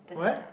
what